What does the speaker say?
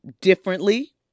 differently